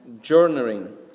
journeying